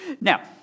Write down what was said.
Now